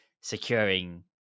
securing